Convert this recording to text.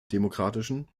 demokratischen